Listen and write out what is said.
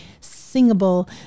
singable